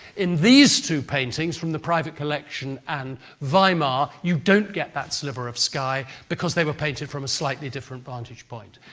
in these two paintings from the private collection and weimar, you don't get that sliver of sky because they were painted from a different vantage point.